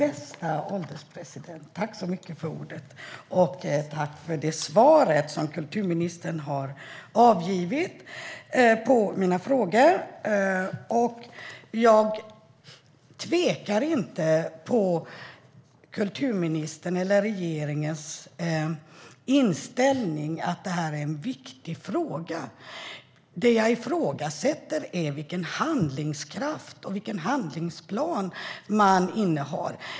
Herr ålderspresident! Tack för det svar som kulturministern har givit på mina frågor! Jag tvekar inte om kulturministerns eller regeringens inställning, att detta är en viktig fråga. Det jag ifrågasätter är vilken handlingskraft och handlingsplan man har.